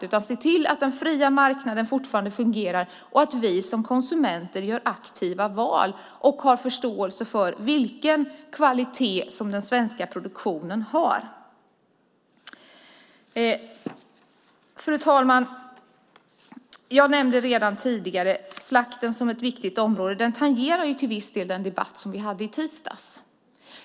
Vi måste se till att den fria marknaden fortfarande fungerar och att vi som konsumenter gör aktiva val och har förståelse för vilken kvalitet som den svenska produktionen har. Fru ålderspresident! Jag nämnde redan tidigare slakten som ett viktigt område, och det tangerar till viss del den debatt som vi hade i tisdags.